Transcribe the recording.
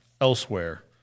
elsewhere